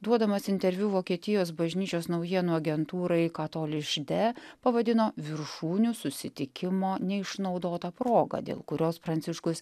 duodamas interviu vokietijos bažnyčios naujienų agentūrai katoliš de pavadino viršūnių susitikimo neišnaudota proga dėl kurios pranciškus